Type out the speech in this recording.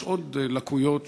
יש עוד לקויות שונות,